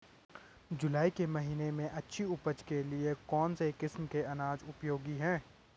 जुलाई के महीने में अच्छी उपज के लिए कौन सी किस्म के अनाज उपयोगी हैं?